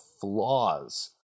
flaws